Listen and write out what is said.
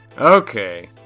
okay